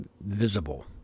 visible